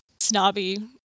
snobby